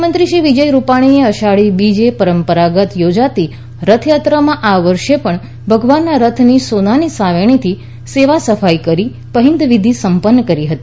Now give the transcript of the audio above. મુખ્યમંત્રીશ્રી વિજય રૂપાણીએ અષાઢી બીજે પરંપરાગત યોજાતી રથયાત્રામાં આ વર્ષે પણ ભગવાનના રથની સોનાની સાવરણીથી સેવા સફાઈ કરી પહિં દ વિધિ સંપન્ન કરી હતી